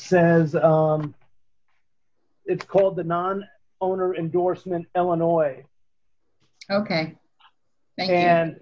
says it's called the non owner endorsement illinois ok and